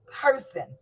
person